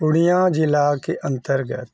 पूर्णिया जिलाके अन्तर्गत